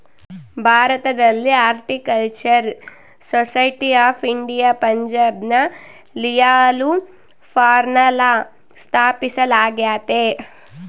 ಭಾರತದಲ್ಲಿ horticultural society of India ಪಂಜಾಬ್ನ ಲಿಯಾಲ್ಪುರ್ನಲ್ಲ ಸ್ಥಾಪಿಸಲಾಗ್ಯತೆ